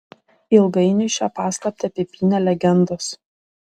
ilgainiui šią paslaptį apipynė legendos